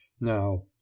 now